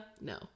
No